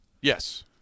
Yes